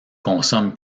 consomme